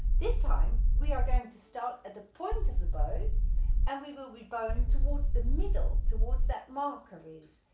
this time we are going to start at the point of the bow and we will be bowing towards the middle towards where that marker is.